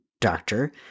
doctor